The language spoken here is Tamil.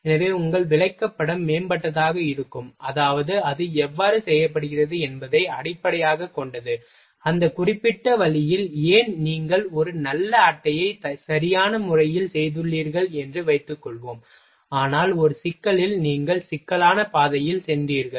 எனவே உங்கள் விளக்கப்படம் மேம்பட்டதாக இருக்கும் அதாவது அது எவ்வாறு செய்யப்படுகிறது என்பதை அடிப்படையாகக் கொண்டது அந்த குறிப்பிட்ட வழியில் ஏன் நீங்கள் ஒரு நல்ல அட்டையை சரியான முறையில் செய்துள்ளீர்கள் என்று வைத்துக்கொள்வோம் ஆனால் ஒரு சிக்கலில் நீங்கள் சிக்கலான பாதையில் சென்றீர்கள்